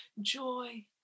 joy